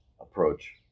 approach